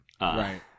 Right